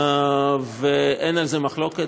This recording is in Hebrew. ואין על זה מחלוקת.